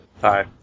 Hi